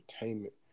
Entertainment